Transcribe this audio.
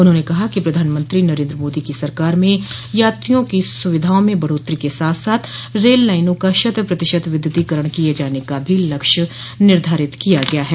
उन्होंने कहा कि प्रधानमंत्री नरेन्द्र मोदी की सरकार में यात्रियों की सुविधाओं में बढ़ोत्तरी के साथ साथ रेल लाइनों का शत प्रतिशत विद्युतीकरण किये जाने का लक्ष्य भी निर्धारित किया गया है